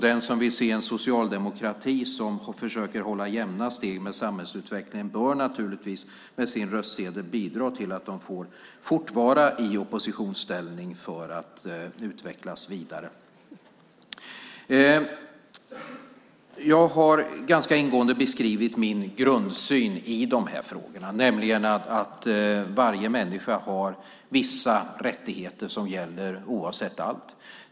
Den som vill se en socialdemokrati som försöker hålla jämna steg med samhällsutvecklingen bör naturligtvis med sin röstsedel bidra till att Socialdemokraterna fortsatt får vara i oppositionsställning för att utvecklas vidare. Jag har ganska ingående beskrivit min grundsyn i de här frågorna, nämligen att varje människa har vissa rättigheter som gäller oavsett allt.